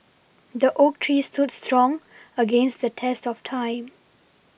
the oak tree stood strong against the test of time